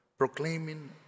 Proclaiming